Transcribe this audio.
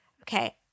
Okay